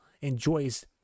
enjoys